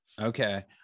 Okay